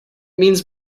means